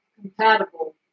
compatible